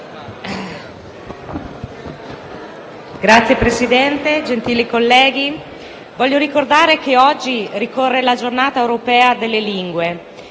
Signor Presidente, colleghi, voglio ricordare che oggi ricorre la Giornata europea delle lingue,